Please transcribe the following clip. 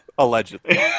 Allegedly